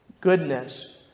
goodness